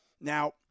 Now